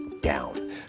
down